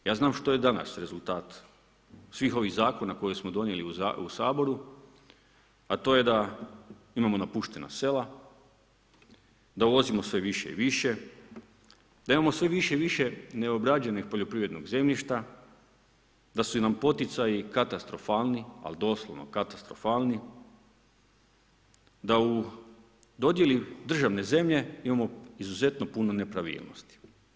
Ja znam što je danas rezultat svih ovih zakona koje smo donijeli u Saboru, a to je da imamo napuštena sela, da uvozimo sve više i više, da imamo sve više i više neobrađenih poljoprivrednih zemljišta, da su nam poticaji katastrofalni, ali doslovno katastrofalni, da u dodjeli državne zemlje imamo izuzetno puno nepravilnosti.